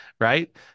right